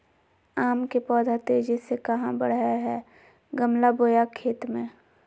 आम के पौधा तेजी से कहा बढ़य हैय गमला बोया खेत मे?